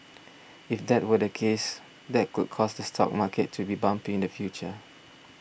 if that were the case that could cause the stock market to be bumpy in the future